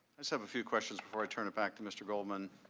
i so have a few questions before i turn it back to mr. goldman.